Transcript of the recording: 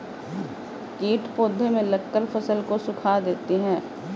कीट पौधे में लगकर फसल को सुखा देते हैं